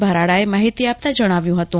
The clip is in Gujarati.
ભરાડાએ માહિતી આપતાં જણાવ્યુ હતુ